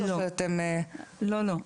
לא.